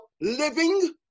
living